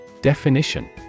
Definition